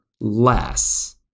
less